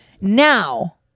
now